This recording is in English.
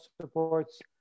supports